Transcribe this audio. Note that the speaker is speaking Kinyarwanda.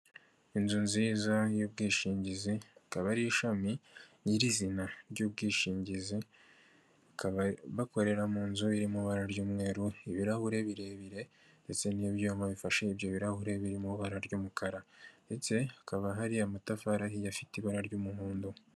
Inzu nziza y'ubwishingizi, akaba ari ishami nyirizina ry'ubwishingizi, bakaba bakorera mu nzu iri mu ibara ry'umweru, ibirahuri birebire ndetse n'ibyuma bifashe ibyo birahuri biririmo ibara ry'umukara ndetse hakaba hari amatafari ahiye afite ibara ry'umuhondo.